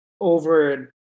over